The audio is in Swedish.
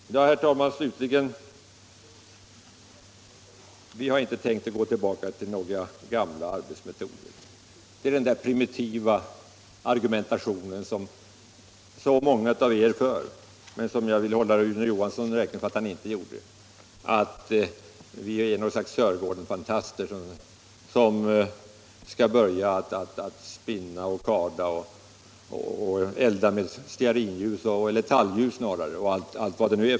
Slutligen, herr talman, vill jag säga att vi inte har tänkt gå tillbaka till några gammalmodiga arbetsmetoder. Det är den primitiva argumentation som många av er för mot oss men som jag vill hålla Rune Johansson räkning för att han inte drev, att vi skulle vara någon sorts Sörgårdenfantaster, som tänker börja spinna och karda och lysa oss med stearinljus —- eller snarare talgljus! — och allt vad det är.